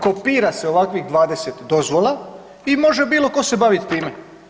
Kopira se ovakvih 20 dozvola i može bilo ko se bavit time.